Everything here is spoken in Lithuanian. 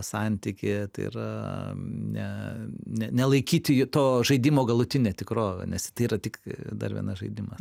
santykį tai yra nelaikyti to žaidimo galutine tikrove nes tai yra tik dar vienas žaidimas